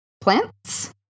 plants